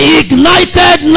ignited